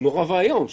נורא ואיום,